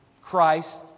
Christ